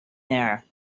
there